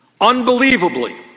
Unbelievably